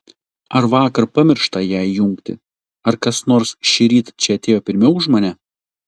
ar vakar pamiršta ją įjungti ar kas nors šįryt čia atėjo pirmiau už mane